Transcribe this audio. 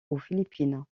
philippines